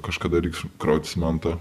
kažkada reiks krautis mantą